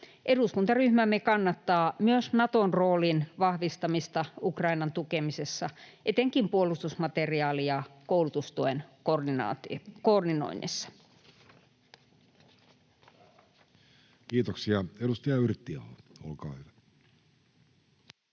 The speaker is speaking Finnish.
Eduskuntaryhmämme kannattaa myös Naton roolin vahvistamista Ukrainan tukemisessa, etenkin puolustusmateriaali‑ ja koulutustuen koordinoinnissa. Kiitoksia. — Edustaja Yrttiaho, olkaa hyvä.